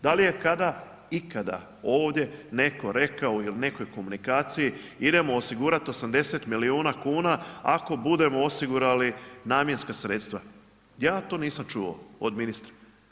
Da li je kada, ikada ovdje netko rekao ili u nekoj komunikaciji idemo osigurati 80 milijuna kuna ako budemo osigurali namjenska sredstva, ja to nisam čuo od ministra.